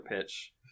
pitch